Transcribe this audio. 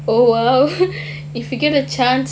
oh !wow! if you get a chance